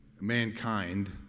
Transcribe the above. mankind